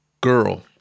Girl